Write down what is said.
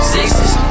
Sixes